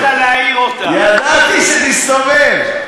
ידעתי שתסתובב, ידעתי שתסתובב.